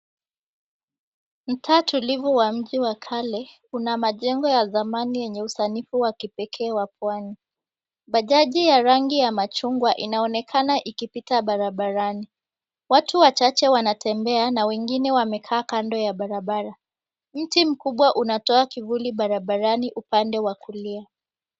Mtaa tulivu wa mji wa kale una majengo ya zamani yenye usanifu wa kipekee wa pwani. Bajaji ya rangi ya machungwa inaonekana ikipita barabarani. Watu wachache wanatembea na wengine wamekaa kando ya barabara. Mti mkubwa unatoa kivuli barabarani upande wa kulia.